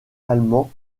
allemand